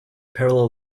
parallel